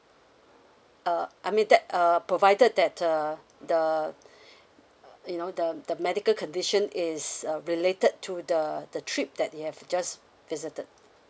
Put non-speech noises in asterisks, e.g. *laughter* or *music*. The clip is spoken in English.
uh I mean that uh provided that the the *breath* uh you know uh the medical condition is uh related to the the trip that you have just visited